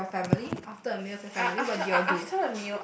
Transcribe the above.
perhaps with your family after a meal with your family what do you all do